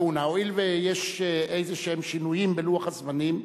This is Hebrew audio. ראו נא, הואיל ויש שינויים בלוח הזמנים,